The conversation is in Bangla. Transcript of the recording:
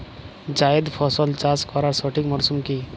জায়েদ ফসল চাষ করার সঠিক মরশুম কি?